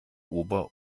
ober